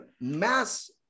mass